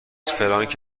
فرانک